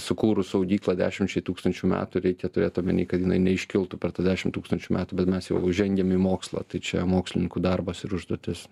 sukūrus saugyklą dešimčiai tūkstančių metų reikia turėt omeny kad jinai neiškiltų per tą dešim tūkstančių metų bet mes jau žengiam į mokslą tai čia mokslininkų darbas ir užduotis